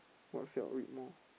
what read more